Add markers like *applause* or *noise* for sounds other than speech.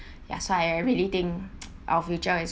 ya so I really think *noise* our future is